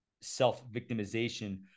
self-victimization